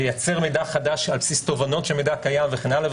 לייצר מידע חדש על בסיס תובנות של מידע קיים וכן הלאה.